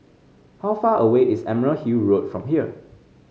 how far away is Emerald Hill Road from here